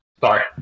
Sorry